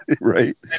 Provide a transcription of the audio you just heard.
right